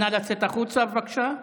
נא לצאת החוצה, בבקשה,